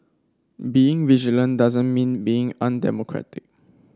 being vigilant doesn't mean being undemocratic